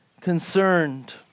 concerned